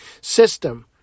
system